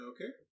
Okay